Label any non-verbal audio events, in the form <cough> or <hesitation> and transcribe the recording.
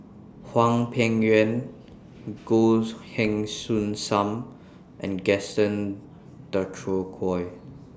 <noise> Hwang Peng Yuan <hesitation> Goh Heng Soon SAM and Gaston Dutronquoy